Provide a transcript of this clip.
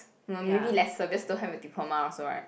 m~ maybe lesser because don't have a diploma also right